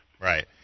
Right